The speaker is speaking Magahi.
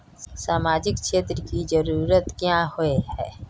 सामाजिक क्षेत्र की जरूरत क्याँ होय है?